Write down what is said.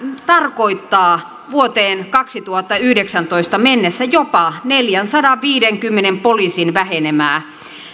tarkoittaa vuoteen kaksituhattayhdeksäntoista mennessä jopa neljänsadanviidenkymmenen poliisin vähenemää